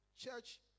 Church